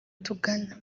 tugana